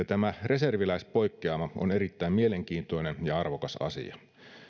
tämä reserviläispoikkeama on erittäin mielenkiintoinen ja arvokas asia